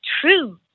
true